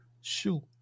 shoot